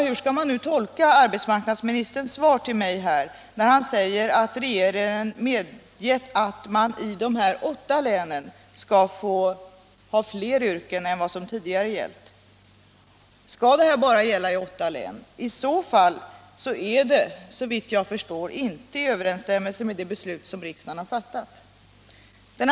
Hur skall man nu tolka arbetsmarknadsministerns svar till mig, när han säger att regeringen medgett att försöken i åtta län skall få omfatta fler yrken än vad som tidigare gällt? Skall det bara gälla i åtta län? I så fall är det, såvitt jag förstår, inte i överensstämmelse med det beslut som riksdagen har fattat.